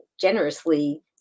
generously